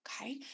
okay